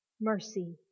mercy